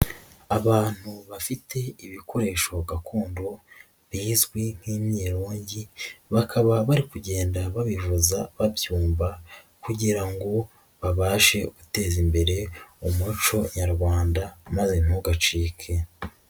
Abantu bafite ibikoresho gakondo bizwi nk'imyirongi, bakaba bari kugenda babivuza babyumva kugira ngo babashe guteza imbere umuco nyarwanda maze ntugacike.